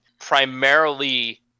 primarily